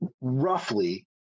roughly